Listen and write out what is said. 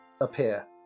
appear